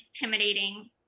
intimidating